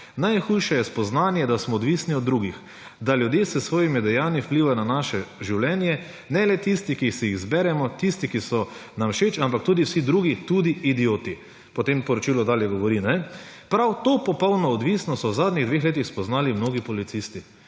»Najhujše je spoznanje, da smo odvisni od drugih, da ljudje s svojimi dejanji vplivajo na naše življenje, ne le tisti, ki si jih izberemo, tisti, ki so nam všeč, ampak tudi vsi drugi, tudi idioti.« Potem poročilo dalje govori: »Prav to popolno odvisnost so v zadnjih dveh letih spoznali mnogi policisti.«